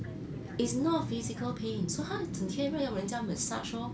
it's not physical pain so 她整天让要人家 massage orh